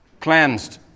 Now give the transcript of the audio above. cleansed